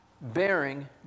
bearing